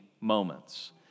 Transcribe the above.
moments